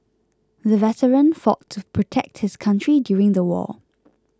the veteran fought to protect his country during the war